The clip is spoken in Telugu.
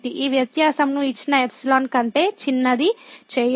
ఈ వ్యత్యాసం ను ఇచ్చిన ఎప్సిలాన్ కంటే చిన్నది చేయడం